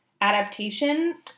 adaptation